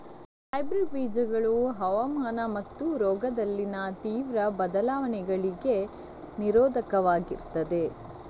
hybrid ಬೀಜಗಳು ಹವಾಮಾನ ಮತ್ತು ರೋಗದಲ್ಲಿನ ತೀವ್ರ ಬದಲಾವಣೆಗಳಿಗೆ ನಿರೋಧಕವಾಗಿರ್ತದೆ